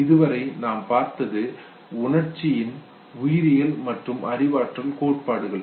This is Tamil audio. இதுவரை நாம் பார்த்தது உணர்ச்சியின் உயிரியல் மற்றும் அறிவாற்றல் கோட்பாடுகள்